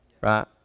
Right